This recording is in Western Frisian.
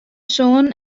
sânen